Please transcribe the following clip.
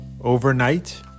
overnight